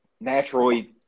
naturally